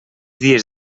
dies